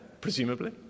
Presumably